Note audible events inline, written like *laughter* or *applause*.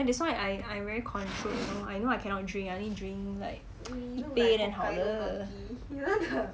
ya that's why I I very controlled I know I cannot drink I only drink like *noise* 一杯 then 好了